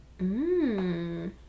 Mmm